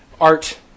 art